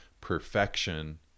perfection